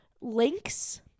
links